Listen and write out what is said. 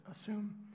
assume